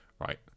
Right